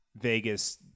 vegas